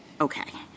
Okay